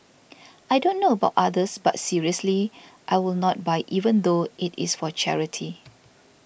I don't know about others but seriously I will not buy even though it is for charity